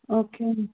okay అండి